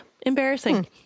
Embarrassing